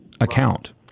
account